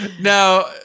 Now